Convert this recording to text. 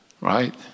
Right